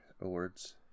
awards